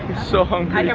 so hungry. yeah